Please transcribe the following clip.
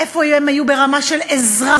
איפה הם היו ברמה של עזרה?